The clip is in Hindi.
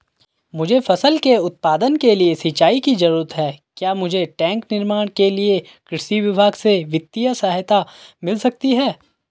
मुझे फसल के उत्पादन के लिए सिंचाई की जरूरत है क्या मुझे टैंक निर्माण के लिए कृषि विभाग से वित्तीय सहायता मिल सकती है?